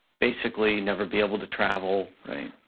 basically, never be able to travel,